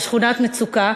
בשכונת מצוקה,